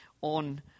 on